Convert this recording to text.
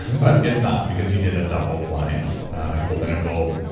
but it's not because you did a double-blind clinical.